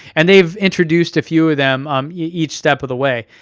and they've introduced a few of them um each step of the way.